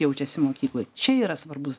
jaučiasi mokykloj čia yra svarbus